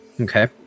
Okay